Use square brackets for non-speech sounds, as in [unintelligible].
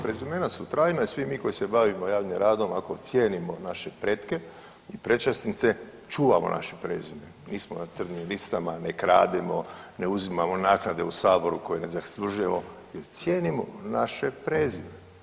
Prezimena su trajna i svi mi koji se bavimo javnim radom, ako cijenimo naše pretke i, ... [unintelligible] čuvamo naše prezime, nismo na crnim listama, ne krademo, ne uzimamo naknade u Saboru koje ne zaslužujemo jer cijenimo naše prezime.